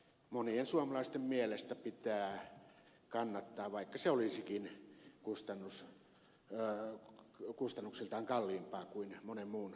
monien suomalaisten mielestä tuulivoiman osuutta energiantuotannossa pitää kannattaa vaikka se olisikin kustannuksiltaan kalliimpaa kuin monen muun energian tuottaminen